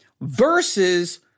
versus